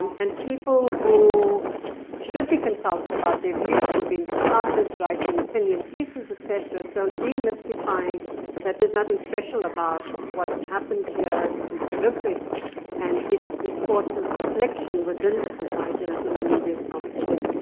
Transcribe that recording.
and people who should be consulted about their views were being consulted, writing opinion pieces, et cetera. so demystifying that there's nothing special about what has happened here this is horrific and it it forces reflection within the society, and i think the media is helpful there.